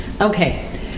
okay